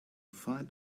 find